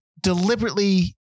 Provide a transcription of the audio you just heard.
deliberately